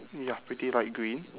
ya pretty light green